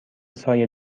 سایه